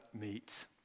meet